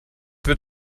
wird